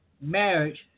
marriage